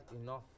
enough